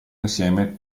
insieme